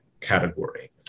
category